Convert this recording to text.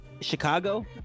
chicago